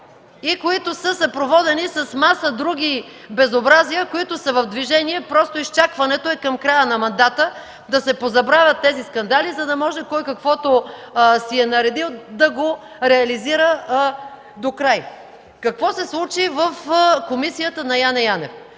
и които са съпроводени с маса други безобразия, които са в движение. Просто изчакването е към края на мандата да се позабравят тези скандали, за да може кой какво си е наредил да го реализира докрай. Какво се случи в Комисията на Яне Янев?